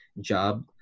job